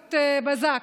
במהירות הבזק.